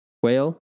Whale